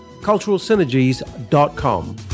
culturalsynergies.com